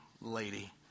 lady